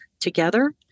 together